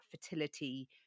fertility